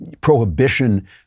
Prohibition